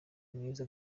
mwiza